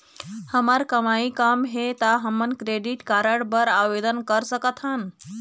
हमर कमाई कम हे ता हमन क्रेडिट कारड बर आवेदन कर सकथन?